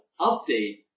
update